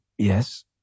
Yes